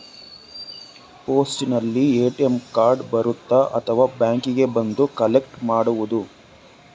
ಪೋಸ್ಟಿನಲ್ಲಿ ATM card ಬರುತ್ತಾ ಅಥವಾ ಬ್ಯಾಂಕಿಗೆ ಬಂದು ಕಲೆಕ್ಟ್ ಮಾಡುವುದು?